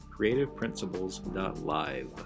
creativeprinciples.live